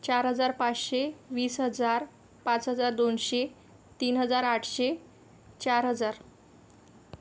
चार हजार पाचशे वीस हजार पाच हजार दोनशे तीन हजार आठशे चार हजार